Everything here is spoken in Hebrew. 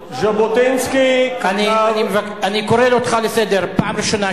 אני קורא אותך לסדר פעם ראשונה,